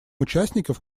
участников